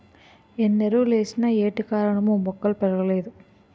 ఎన్నెరువులేసిన ఏటికారణమో మొక్కలు పెరగలేదు